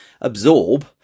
absorb